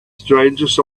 strangest